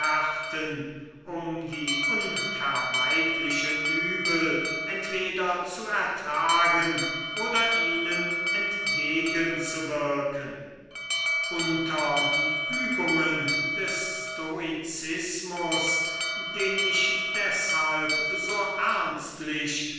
um die unvermeidlichen übel entweder zu ertragen oder ihnen entgegen zu wirken unter die übungen des stoizismus den ich deshalb so